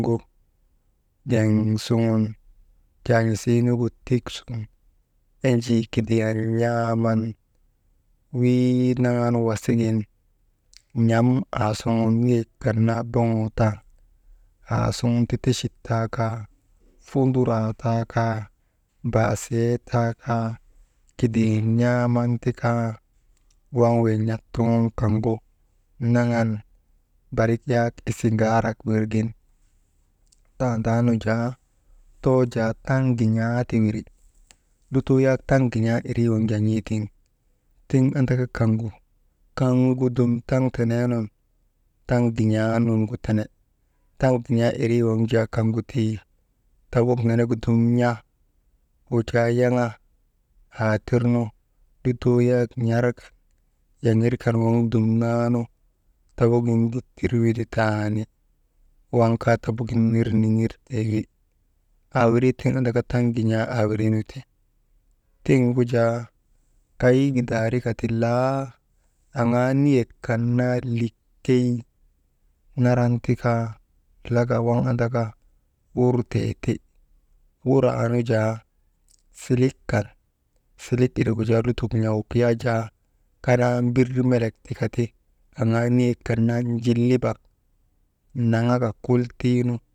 Gu jiŋ suŋun, jaan̰isii nugu tik suŋun enjii kidiyan n̰aaman wii naŋan wasigin n̰am aasuŋun niyek kan naa boŋoo tan aasuŋun ti techit taa kaa funduraa taa kaa, baasie taa kaa kidiyan n̰aaman ti, kaa waŋ wey n̰at tuŋun naŋan barik yak isiŋaarak wir gin tandaanu jaa too jaa taŋ gin̰aa ti wiri lutoo yak taŋ gin̰aa irii waŋ jaa n̰eetiŋ, tiŋ andaka kaŋgu, kaŋgu dum dum taŋ tenee nun taŋ gin̰aanuŋgu tene, taŋ gin̰aa irii waŋ jaa kaŋgu tii tabuk nenegu dumn n̰a wujaa yaŋa, aa tirnu lutoo yak n̰arka, yaŋirka waŋ dumnaanu tabugin dittir winditani waŋ kaa tabuk gin ner niŋertee wi, awirii tiŋ andaka taŋ gin̰aa aawiriinu ti, tiŋgu jaa kay gidaarika ti laa aŋaa niyek kan naa likey naran tika laka waŋ andaka wurtee ti, wuraa nu jaa silik kan silik irigu jaa lutok n̰awuk yaa jaa kanaa mbir melek tikati aŋaa niyek kan naa njilibak naŋaka kultiinu.